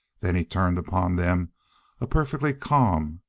then he turned upon them a perfectly calm,